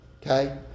Okay